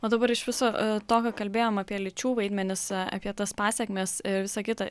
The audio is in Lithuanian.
o dabar iš viso tokio kalbėjom apie lyčių vaidmenis apie tas pasekmes ir visa kita